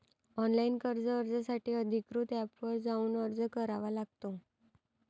online कर्ज अर्जासाठी अधिकृत एपवर जाऊन अर्ज करावा लागतो